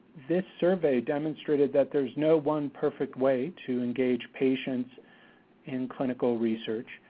this survey demonstrated that there is no one perfect way to engage patients in clinical research.